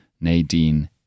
Nadine